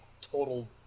total